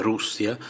Russia